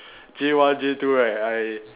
J one J two right I